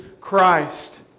Christ